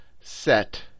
set